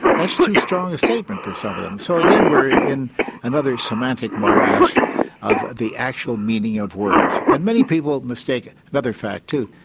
that's too strong a statement for some of them. so again we're in another semantic morass of the actual meaning of words. and many people mistake another fact too,